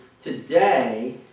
today